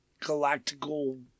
galactical